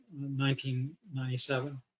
1997